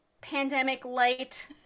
pandemic-light